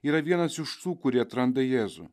yra vienas iš tų kurie atranda jėzų